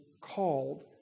called